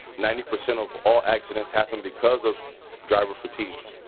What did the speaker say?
ninety percent of all accidents happen because of driver fatigue.